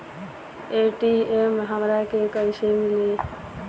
ATM हमरा के कइसे मिली?